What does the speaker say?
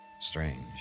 Strange